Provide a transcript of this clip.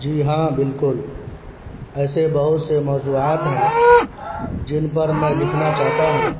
جی ہاں بالکل ایسے بہت سے موضوعات ہیں جن پر میں لکھنا چاہتا ہوں